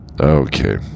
Okay